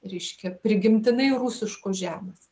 reiškia prigimtinai rusiškos žemės